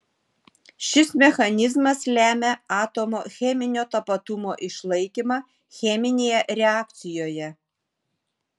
šis mechanizmas lemia atomo cheminio tapatumo išlaikymą cheminėje reakcijoje